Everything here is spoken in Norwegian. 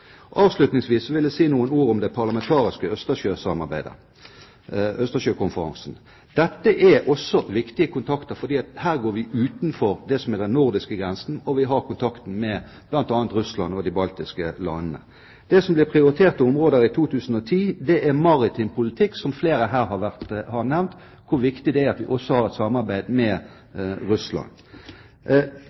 Avslutningsvis vil jeg si noen ord om det parlamentariske østersjøsamarbeidet, Østersjøkonferansen. Dette er også viktige kontakter, fordi her går vi utenfor det som er den nordiske grensen, og vi har kontakten med bl.a. Russland og de baltiske landene. Det som blir et prioritert område i 2010, er maritim politikk, og flere her har nevnt hvor viktig det er at vi også har et samarbeid med Russland.